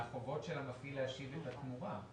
מהחובות של המפעיל להשיב את התמורה.